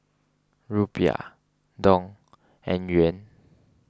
Rupiah Dong and Yuan